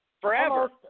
forever